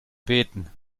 beten